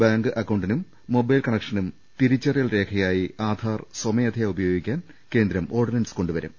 bank അക്കൌണ്ടിനും mobile കണക്ഷനും തിരിച്ചറിയൽ രേഖയായി ആധാർ സ്വമേധയാ ഉപയോഗിക്കാൻ കേന്ദ്രം ഓർഡി നൻസ് കൊണ്ടുവരും